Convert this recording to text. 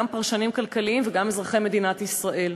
פרשנים כלכליים וגם אזרחי מדינת ישראל.